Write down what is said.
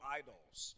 idols